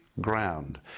ground